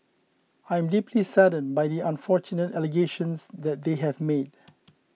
I am deeply saddened by the unfortunate allegations that they have made